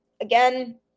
Again